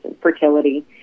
fertility